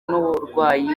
n’uburwayi